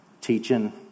teaching